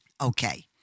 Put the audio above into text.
okay